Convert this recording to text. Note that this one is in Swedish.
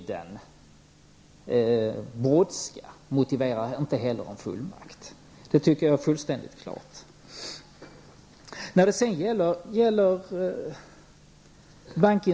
Det står också fullständigt klart att det inte är någon brådska med att ge regeringen en eventuell fullmakt.